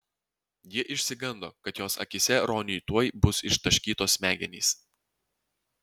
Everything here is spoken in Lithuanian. ji išsigando kad jos akyse roniui tuoj bus ištaškytos smegenys